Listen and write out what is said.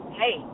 hey